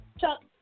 Chuck